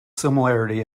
similarity